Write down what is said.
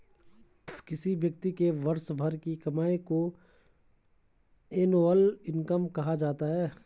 किसी व्यक्ति के वर्ष भर की कमाई को एनुअल इनकम कहा जाता है